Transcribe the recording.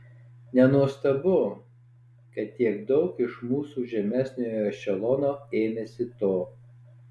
nenuostabu kad tiek daug iš mūsų žemesniojo ešelono ėmėsi to